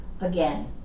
again